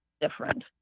different